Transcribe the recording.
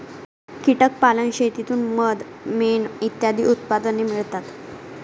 कीटक पालन शेतीतून मध, मेण इत्यादी उत्पादने मिळतात